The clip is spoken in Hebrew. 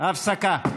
הפסקה.